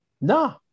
No